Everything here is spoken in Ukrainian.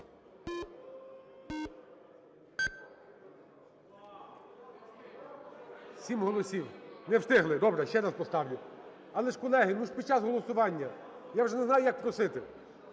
Сім голосів, не встигли. Добре ще раз поставлю. Але ж, колеги, ну під час голосування, я вже не знаю, як просити.